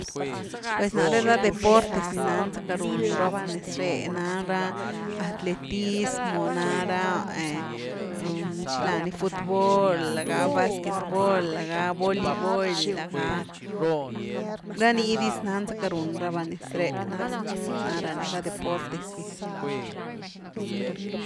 Pues nare ra deportes ni nan zacka run raba nez ré, ná ra atletismo na ra, xilani, futbol, laga básquet bol, laga boleibol, laga, ra nii diz nanzacka run raba nez re, na –na ra ni ra deportes gy.